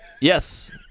yes